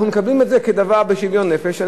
אנחנו מקבלים את זה בשוויון נפש,